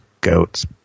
goats